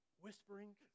whispering